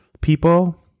People